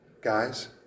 guys